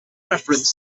referenced